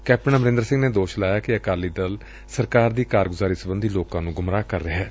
captain Amarinder Singh ਨੇ ਦੋਸ਼ ਲਾਇਆ ਕਿ ਅਕਾਲੀ ਦਲ ਪੰਜਾਬ ਸਰਕਾਰ ਦੀ ਕਾਰਗੁਜ਼ਾਰੀ ਸਬੰਧੀ ਲੋਕਾਂ ਨੂੰ ਗੁੰਮਰਾਹ ਕਰ ਰਿਹੈ